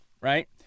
right